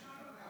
ממנו?